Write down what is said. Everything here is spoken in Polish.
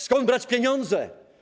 Skąd brać pieniądze?